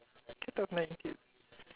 cat of nine tails